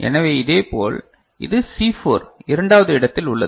எனவே இதேபோல் இது C4 இரண்டாவது இடத்தில் உள்ளது